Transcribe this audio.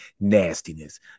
Nastiness